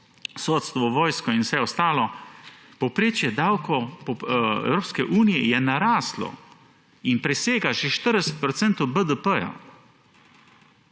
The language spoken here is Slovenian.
sodstvo, vojsko in vse ostalo. Povprečje davkov Evropske unije je narastlo in presega že 40